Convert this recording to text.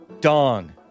Dong